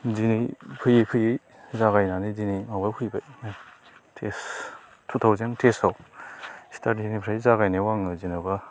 दिनै फैयै फैयै जागायनानै दिनै आवगायफैबाय थेस टु थावजेन्ड थेसाव स्टारटिंनिफ्राय जागायनायाव जेन'बा